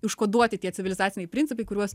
užkoduoti tie civilizaciniai principai kuriuos